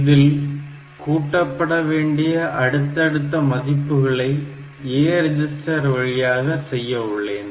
இதில் கூட்டப்பட வேண்டிய அடுத்தடுத்த மதிப்புகளை A ரிஜிஸ்டர் வழியாக செய்யவுள்ளேன்